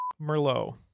Merlot